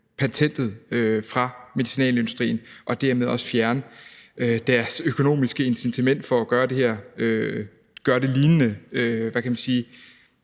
patentet fra medicinalindustrien og dermed også fjerne deres økonomiske incitament til igen at gøre noget lignende det her mirakuløse